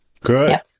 Good